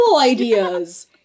ideas